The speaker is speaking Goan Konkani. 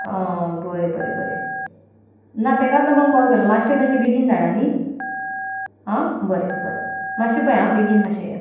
आं बरें बरें बरें ना ताकाच लागून कॉल केल्लो मातशे मातशे बेगीन धाडा न्हय आं बरें बरें मातशे पळय आं बेगीन मातशे